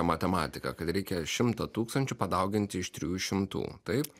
matematika kad reikia šimtą tūkstančių padauginti iš trijų šimtų taip